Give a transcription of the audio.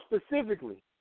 specifically